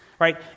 right